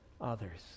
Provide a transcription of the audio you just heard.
others